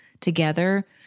together